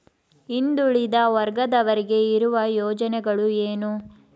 ಹಿಂದುಳಿದ ವರ್ಗದವರಿಗೆ ಇರುವ ಯೋಜನೆಗಳು ಏನು?